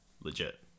legit